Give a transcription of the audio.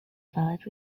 valid